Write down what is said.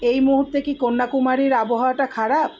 এই মুহূর্তে কি কন্যাকুমারীর আবহাওয়াটা খারাপ